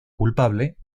culpable